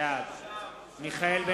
בעד בושה,